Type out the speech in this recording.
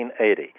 1980